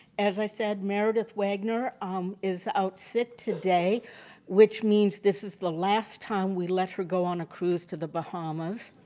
as i said meredith wagner um is out sick today which means this is the last time we let her go on a cruise to the bahamas.